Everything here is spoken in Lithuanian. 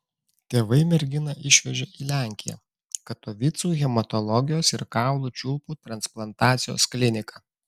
tėvai merginą išvežė į lenkiją katovicų hematologijos ir kaulų čiulpų transplantacijos kliniką